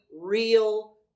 real